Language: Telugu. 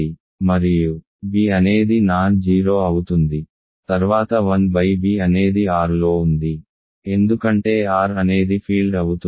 మరియు b అనేది నాన్ 0 అవుతుంది తర్వాత 1 b అనేది Rలో ఉంది ఎందుకంటే R అనేది ఫీల్డ్ అవుతుంది